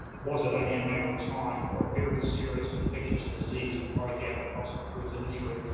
was it only a matter of time for a very serious infectious disease to break out across the cruise industry?